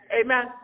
amen